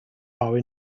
are